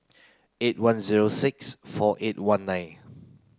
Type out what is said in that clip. eight one zero six four eight one nine